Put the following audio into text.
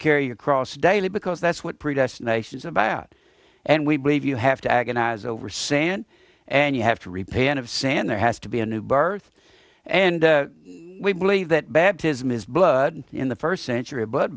carry your cross daily because that's what predestination is about and we believe you have to agonize over sand and you have to repay and of sand there has to be a new birth and we believe that baptism is blood in the first century bu